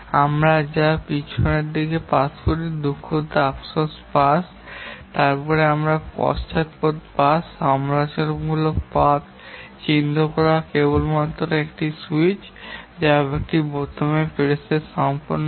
আমরা যা পিছনের পাস দিয়ে করি দুঃখিত আফসোস পাস এবং তারপরে পশ্চাদপদ পাস সমালোচনামূলক পথ চিহ্নিতকরণগুলি কেবলমাত্র একটি স্যুইচ একটি বোতামের প্রেসের সাহায্যে সম্পন্ন হয়